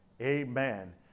amen